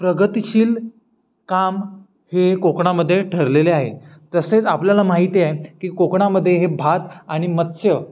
प्रगतीशील काम हे कोकणामध्ये ठरलेले आहे तसेच आपल्याला माहिती आहे की कोकणामध्ये हे भात आणि मत्स्य